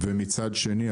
ומצד שני,